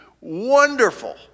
wonderful